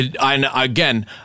again